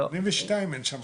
מ-1982 אין שם,